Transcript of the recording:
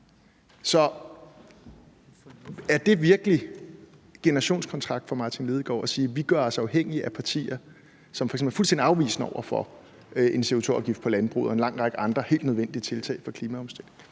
er det virkelig generationskontrakten for Martin Lidegaard at sige: Vi gør os afhængige af partier, som f.eks. er fuldstændig afvisende over for en CO2-afgift på landbruget og en lang række andre helt nødvendige tiltag for klimaomstillingen?